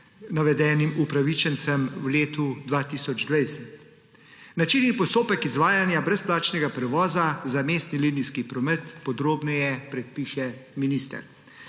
navedenim upravičencem v letu 2020. Način in postopek izvajanja brezplačnega prevoza za mestni linijski promet podrobneje predpiše minister.